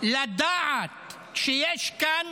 לדעת שיש כאן